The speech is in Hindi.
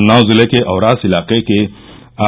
उन्नाव जिले के औरास इलाके के